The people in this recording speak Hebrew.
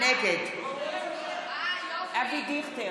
נגד אבי דיכטר,